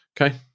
Okay